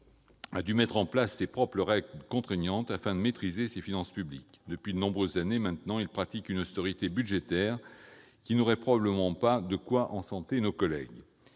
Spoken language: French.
dû mettre en place leurs propres règles contraignantes, afin de maîtriser leurs finances publiques. Depuis de nombreuses années maintenant, ils pratiquent une austérité budgétaire qui n'aurait probablement pas de quoi enchanter nos collègues.